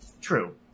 True